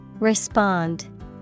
Respond